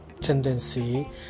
tendency